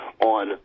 on